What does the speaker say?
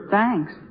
Thanks